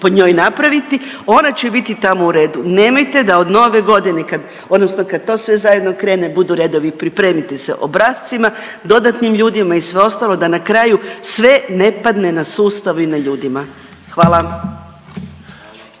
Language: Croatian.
po njoj napraviti, ona će biti tamo u redu. Nemojte da od Nove godine kad odnosno kad to sve zajedno krene budu redovi, pripremite se obrascima, dodatnim ljudima i sve ostalo da na kraju sve ne padne na sustav i na ljudima. Hvala.